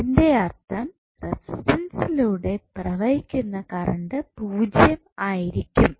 അതിൻറെ അർത്ഥം റെസിസ്റ്റൻസിലൂടെ പ്രവഹിക്കുന്ന കറണ്ട് 0 ആയിരിക്കും